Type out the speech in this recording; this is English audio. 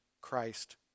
Christ